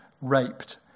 raped